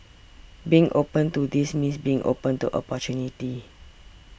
being open to this means being open to opportunity